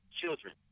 children